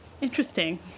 Interesting